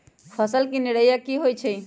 फसल के निराया की होइ छई?